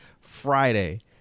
Friday